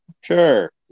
sure